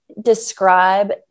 describe